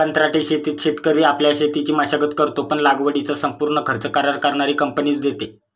कंत्राटी शेतीत शेतकरी आपल्या शेतीची मशागत करतो, पण लागवडीचा संपूर्ण खर्च करार करणारी कंपनीच देते